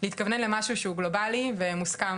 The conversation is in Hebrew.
להתכוונן למשהו שהוא גלובלי ומוסכם